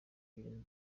birimo